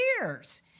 years